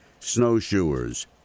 snowshoers